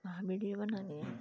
वहाँ विडियो बना लिया